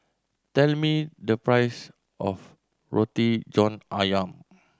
tell me the price of Roti John Ayam